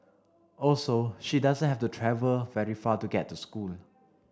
also she does have to travel very far to get to school